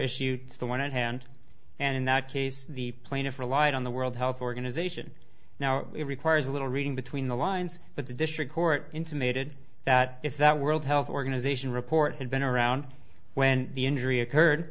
issue to the one at hand and in that case the plaintiff relied on the world health organization now it requires a little reading between the lines but the district court intimated that if that world health organization report had been around when the injury occurred